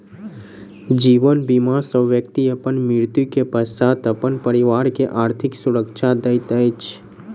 जीवन बीमा सॅ व्यक्ति अपन मृत्यु के पश्चात अपन परिवार के आर्थिक सुरक्षा दैत अछि